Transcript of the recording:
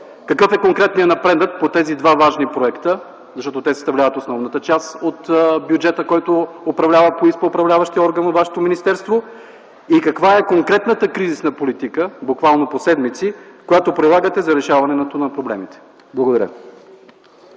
Какъв е конкретният напредък по тези два важни проекта, защото те съставляват основната част от бюджета, който управлява по ИСПА управляващият орган от Вашето министерство? Каква е конкретната кризисна политика, буквално по седмици, която прилагате за решаване на проблемите? Благодаря.